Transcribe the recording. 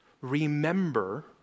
remember